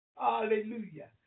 Hallelujah